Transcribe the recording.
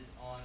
on